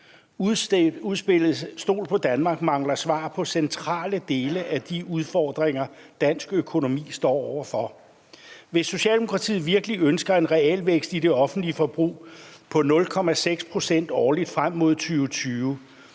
Udspillet »Stol på Danmark« mangler svar på centrale dele af de udfordringer, dansk økonomi står over for. Hvis Socialdemokratiet virkelig ønsker en realvækst i det offentlige forbrug på 0,6 pct. årligt frem mod 2020,